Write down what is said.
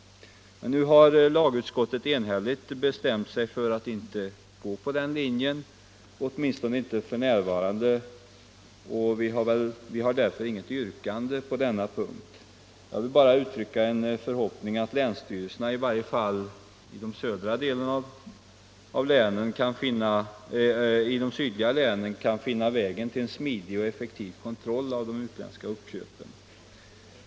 Men nu har lagutskottet enhälligt bestämt sig för att inte gå på den linjen — åtminstone inte f. n. — och vi har därför inget yrkande på den punkten. Jag vill bara uttrycka den förhoppningen att länsstyrelserna, i varje fall i de sydliga länen, kan finna vägen till en smidig och effektiv kontroll av de utländska uppköpen.